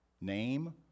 name